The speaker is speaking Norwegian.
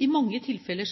I mange tilfeller